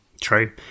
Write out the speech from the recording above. True